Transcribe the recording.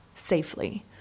safely